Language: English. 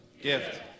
Gift